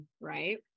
right